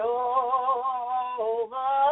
over